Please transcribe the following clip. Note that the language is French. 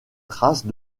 traces